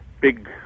big